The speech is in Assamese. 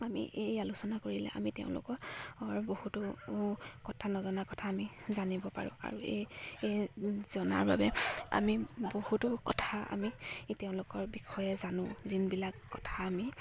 আমি এই আলোচনা কৰিলে আমি তেওঁলোকৰ বহুতো কথা নজনা কথা আমি জানিব পাৰোঁ আৰু এই জনাৰ বাবে আমি বহুতো কথা আমি তেওঁলোকৰ বিষয়ে জানো যোনবিলাক কথা আমি